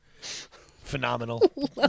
Phenomenal